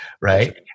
Right